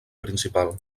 principal